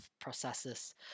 processes